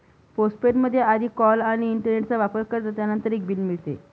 postpaid मध्ये आधी call आणि इंटरनेटचा वापर करतात, त्यानंतर एक बिल मिळते